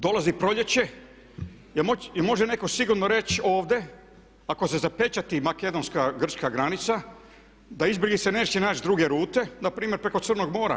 Dolazi proljeće, jel' može netko sigurno reći ovdje ako se zapečati makedonska, grčka granica da izbjeglice neće naći druge rute, na primjer preko Crnog mora.